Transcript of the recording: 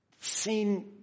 seen